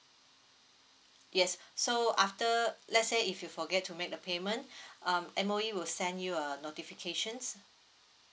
yes so after let's say if you forget to make the payment um M_O_E will send you a notifications